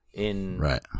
Right